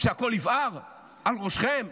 שהכול יבער על ראשכם?